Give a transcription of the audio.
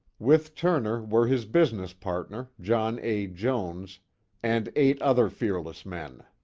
with turner were his business partner, john a. jones and eight other fearless men.